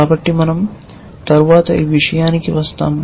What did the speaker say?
కాబట్టి మనం తరువాత ఈ విషయానికి వస్తాను